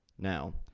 now,